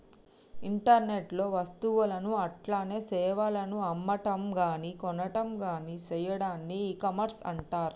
internet లో వస్తువులను అట్లనే సేవలను అమ్మటంగాని కొనటంగాని సెయ్యాడాన్ని ఇకామర్స్ అంటర్